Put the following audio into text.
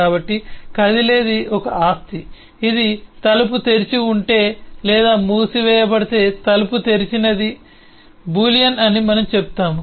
కాబట్టి కదిలేది ఒక ఆస్తి ఇది తలుపు తెరిచి ఉంటే లేదా మూసివేయబడితే తలుపు తెరిచినది బూలియన్ అని మనము చెబుతాము